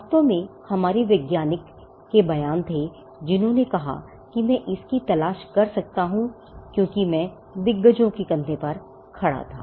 वास्तव में हमारे पास वैज्ञानिक के बयान थे जिन्होंने कहा है कि मैं इसकी तलाश कर सकता हूं क्योंकि मैं दिग्गजों के कंधों पर खड़ा था